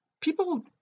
people